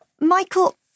Michael